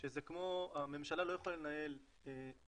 שזה כמו, הממשלה לא יכולה לנהל גדודים